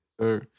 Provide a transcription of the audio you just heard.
Sir